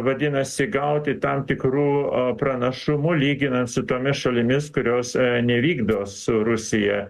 vadinasi gauti tam tikrų pranašumų lyginant su tomis šalimis kurios nevykdo su rusija